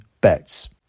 bets